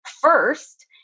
first